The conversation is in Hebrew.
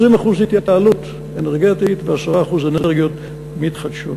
20% התייעלות אנרגטית ו-10% אנרגיות מתחדשות.